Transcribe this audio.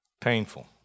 Painful